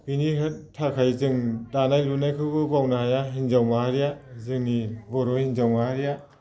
बेनि थाखाय जों दानाय लुनायखौबो बावनो हाया हिन्जाव माहारिया जोंनि बर' हिन्जाव माहारिया